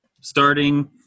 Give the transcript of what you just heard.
starting